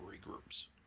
groups